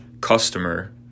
customer